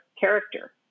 character